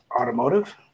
Automotive